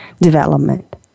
development